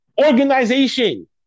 Organization